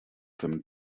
them